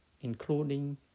including